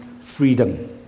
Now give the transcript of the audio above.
freedom